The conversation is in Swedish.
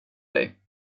dig